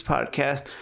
Podcast